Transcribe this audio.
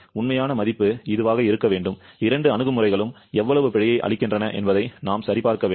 உண்மையான மதிப்பு இதுவாக இருக்க வேண்டும் இரண்டு அணுகுமுறைகளும் எவ்வளவு பிழையை அளிக்கின்றன என்பதை நாம் சரிபார்க்க வேண்டும்